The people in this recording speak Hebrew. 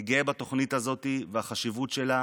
אני גאה בתוכנית הזאת, והחשיבות שלה